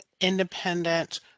independent